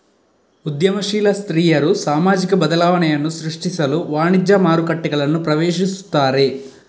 ಉದ್ಯಮಶೀಲ ಸ್ತ್ರೀಯರು ಸಾಮಾಜಿಕ ಬದಲಾವಣೆಯನ್ನು ಸೃಷ್ಟಿಸಲು ವಾಣಿಜ್ಯ ಮಾರುಕಟ್ಟೆಗಳನ್ನು ಪ್ರವೇಶಿಸುತ್ತಾರೆ